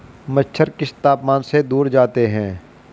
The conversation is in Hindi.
मच्छर किस तापमान से दूर जाते हैं?